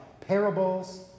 parables